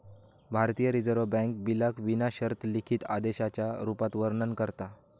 भारतीय reserve bank बिलाक विना शर्त लिखित आदेशाच्या रुपात वर्णन करता